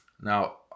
Now